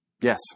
Yes